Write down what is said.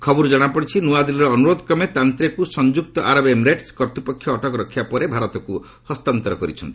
ଖବରରୁ ଜଣାପଡ଼ିଛି ନୂଆଦିଲ୍ଲୀର ଅନୁରୋଧ କ୍ରମେ ତାନ୍ତେକୁ ସଂଯୁକ୍ତ ଆରବ ଏମିରେଟସ୍ କର୍ତ୍ତ୍ୱପକ୍ଷ ଅଟକ ରଖିବା ପରେ ଭାରତକୁ ହସ୍ତାନ୍ତର କରିଛନ୍ତି